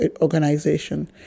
organization